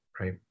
right